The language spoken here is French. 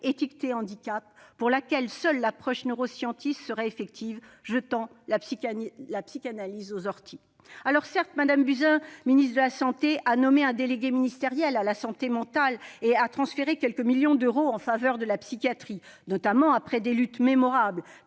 étiquetés " handicap ", pour laquelle seule l'approche neuro-scientiste serait effective, jetant la psychanalyse aux orties. » Alors, certes, Mme Buzyn, ministre de la santé, a nommé un délégué ministériel à la santé mentale et à la psychiatrie et a transféré quelques millions d'euros en faveur de la psychiatrie, notamment après des luttes mémorables